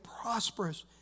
prosperous